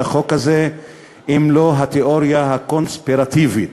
החוק הזה אם לא התיאוריה הקונספירטיבית,